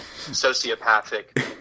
sociopathic